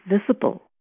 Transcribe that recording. visible